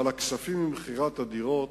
אבל הכספים ממכירת הדירות,